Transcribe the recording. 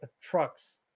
trucks